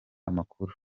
amakuru